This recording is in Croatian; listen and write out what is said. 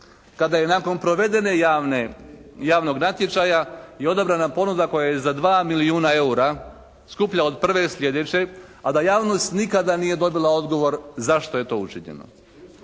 kada je nakon provedene javne, javnog natječaja i odabrana ponuda koja je za 2 milijuna eura skuplja od prve sljedeće, a da javnost nikada nije dobila odgovor zašto je to učinjeno.